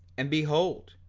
and behold,